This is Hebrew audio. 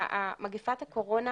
מגפת הקורונה